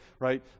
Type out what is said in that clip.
right